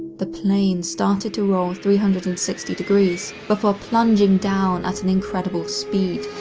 the plane started to roll three hundred and sixty degrees before plunging down at an incredible speed.